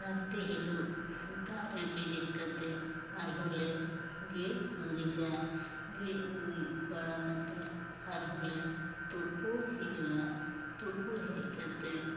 ᱥᱟᱹᱨᱫᱤ ᱦᱤᱞᱚᱜ ᱥᱮᱛᱟᱜ ᱨᱮ ᱵᱮᱨᱮᱫ ᱠᱟᱛᱮ ᱟᱨᱦᱚᱞᱮ ᱜᱮᱡ ᱜᱩᱨᱤᱡᱟ ᱜᱮᱡ ᱜᱩᱨᱤᱡᱽ ᱵᱟᱲᱟ ᱠᱟᱛᱮ ᱟᱨᱦᱚ ᱞᱮ ᱛᱳᱯᱳ ᱦᱤᱡᱩᱜᱼᱟ ᱛᱳᱯᱳ ᱦᱮᱡ ᱠᱟᱛᱮ